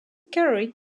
carried